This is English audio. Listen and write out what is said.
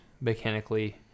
mechanically